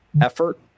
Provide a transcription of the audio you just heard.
effort